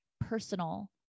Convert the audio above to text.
personal